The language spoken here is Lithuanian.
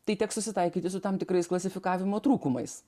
tai teks susitaikyti su tam tikrais klasifikavimo trūkumais